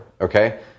okay